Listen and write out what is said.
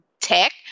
tech